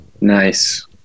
Nice